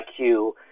IQ